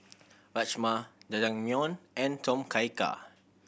Rajma Jajangmyeon and Tom Kha Gai